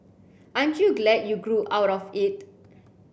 aren't you glad you grew out of it